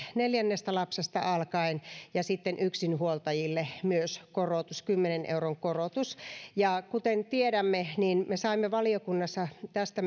neljännestä lapsesta alkaen ja sitten yksinhuoltajille myös korotus kymmenen euron korotus kuten tiedämme saimme valiokunnassa tästä